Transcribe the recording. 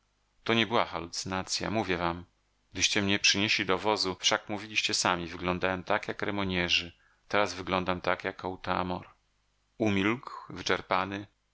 to nie była halucynacja mówię wam gdyście mnie przynieśli do wozu wszak mówiliście sami wyglądałem tak jak remognerzy teraz wyglądam tak jak otamor umilkł wyczerpany